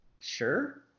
sure